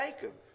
Jacob